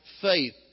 faith